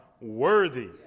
worthy